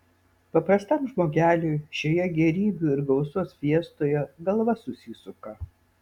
paprastam žmogeliui šioje gėrybių ir gausos fiestoje galva susisuka